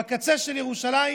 בקצה של ירושלים,